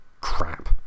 crap